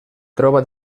troba